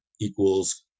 equals